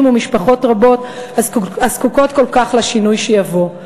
ולמשפחות רבות הזקוקות כל כך לשינוי שיבוא.